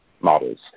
models